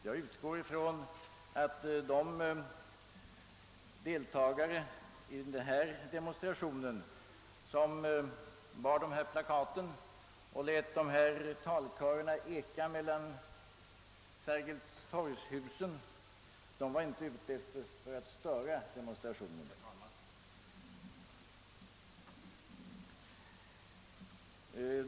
Jag utgår från att de deltagare i den aktuella demonstrationen som bar dessa plakat och lät dessa talkörer eka mellan husen vid Sergels torg inte var ute för att störa demonstrationen.